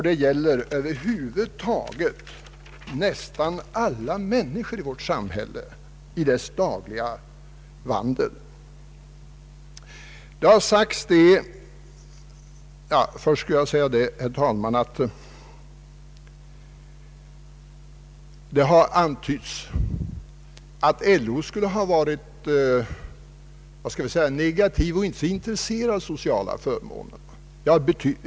Det berör över huvud taget nästan alla människor i vårt samhälle i deras dagliga gärning. Det har, herr talman, antytts att LO skulle ha varit negativ och inte så intresserad av de sociala förmånerna.